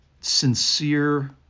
sincere